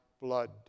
blood